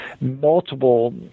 multiple